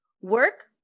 work